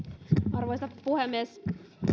arvoisa puhemies